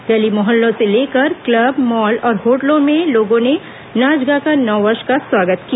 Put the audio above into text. गली मोहल्लों से लेकर क्लब मॉल और होटलों में लोगों ने नाच गाकर नववर्ष का स्वागत किया